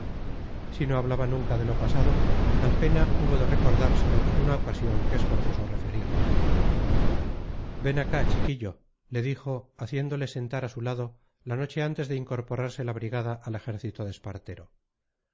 si no hablaba nunca de lo pasado calpena hubo de recordárselo en una ocasión que es forzoso referir ven acá chiquillo le dijo haciéndole sentar a su lado la noche antes de incorporarse la brigada al ejército de espartero